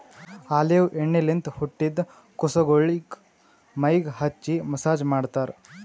olive ಎಣ್ಣಿಲಿಂತ್ ಹುಟ್ಟಿದ್ ಕುಸಗೊಳಿಗ್ ಮೈಗ್ ಹಚ್ಚಿ ಮಸ್ಸಾಜ್ ಮಾಡ್ತರ್